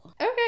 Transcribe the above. Okay